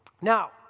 Now